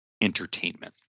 entertainment